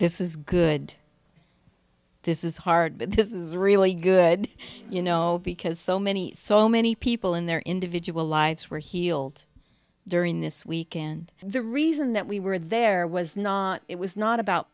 this is good this is hard but this is really good you know because so many so many people in their individual lives were healed during this week and the reason that we were there was not it was not about